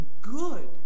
good